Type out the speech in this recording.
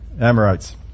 Amorites